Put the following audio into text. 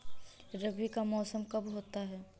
रबी का मौसम कब होता हैं?